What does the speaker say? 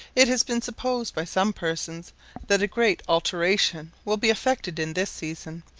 it has been supposed by some persons that a great alteration will be effected in this season,